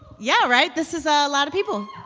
yeah. right? this is a lot of people.